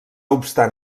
obstant